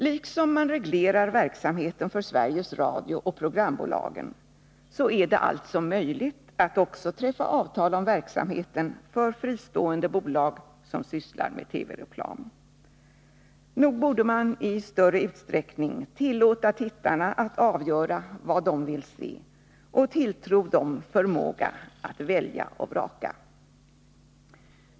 Liksom man reglerar verkamheten för Sveriges Radio och programbolagen är det alltså möjligt att också träffa avtal om verksamheten för fristående bolag som sysslar med TV-reklam. Nog borde man i större utsträckning låta tittarna avgöra vad de vill se och tilltro dem förmåga att välja och vraka.